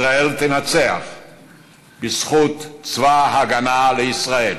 ישראל תנצח בזכות צבא הגנה לישראל,